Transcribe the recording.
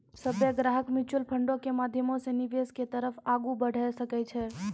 सभ्भे ग्राहक म्युचुअल फंडो के माध्यमो से निवेश के तरफ आगू बढ़ै सकै छै